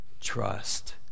trust